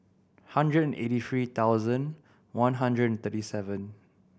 hundred and eighty three thousand one hundred and thirty seven